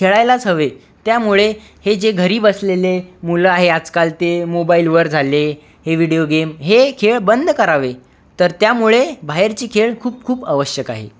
खेळायलाच हवे त्यामुळे हे जे घरी बसलेले मुलं आहे आजकाल ते मोबाईलवर झाले हे व्हिडिओ गेम हे खेळ बंद करावे तर त्यामुळे बाहेरची खेळ खूप खूप अवश्यक आहे